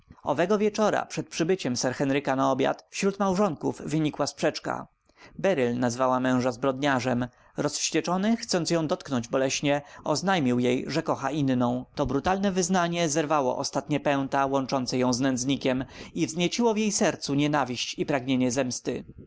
owego wieczora przed przybyciem sir henryka na obiad wśród małżonków wynikła sprzeczka beryl nazwała męża zbrodniarzem rozwścieczony chcąc ją dotknąć boleśnie oznajmił jej że kocha inną to brutalne wyznanie zerwało ostatnie pęta łączące ją z nędznikiem i wznieciło w jej sercu nienawiść i pragnienie zemsty